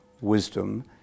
wisdom